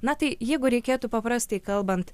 na tai jeigu reikėtų paprastai kalbant